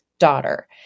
daughter